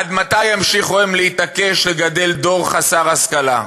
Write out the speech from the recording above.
עד מתי ימשיכו הם להתעקש לגדל דור חסר השכלה?